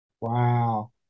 Wow